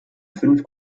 fünf